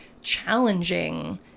challenging